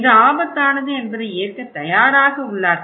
இது ஆபத்தானது என்பதை ஏற்கத் தயாராக உள்ளார்கள்